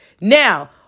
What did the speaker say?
Now